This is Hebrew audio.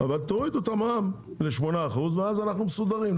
אבל תורידו את המע"מ ל-8% ואז אנחנו מסודרים,